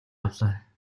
авлаа